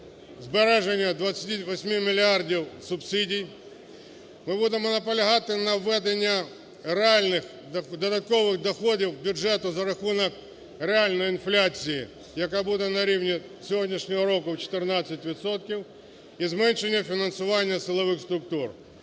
збереження 28 мільярдів субсидій. Ми будемо наполягати на введенні реальних додаткових доходів бюджету за рахунок реальної інфляції, яка буде на рівні сьогоднішнього року в 14 відсотків, і зменшення фінансування силових структур.